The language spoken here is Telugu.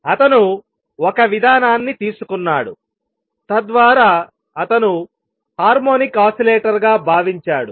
అతను ఒక విధానాన్ని తీసుకున్నాడు తద్వారా అతను హార్మోనిక్ ఓసిలేటర్గా భావించాడు